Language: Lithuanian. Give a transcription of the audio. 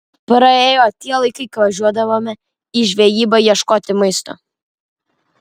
praėjo tie laikai kai važiuodavome į žvejybą ieškoti maisto